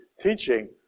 teaching